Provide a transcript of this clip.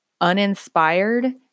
uninspired